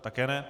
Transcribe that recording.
Také ne.